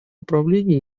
управление